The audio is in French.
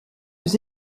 aux